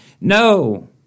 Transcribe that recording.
No